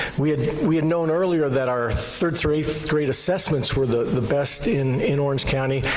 we had we had known earlier that our third through eighth grade assessments were the the best in in orange county.